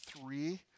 three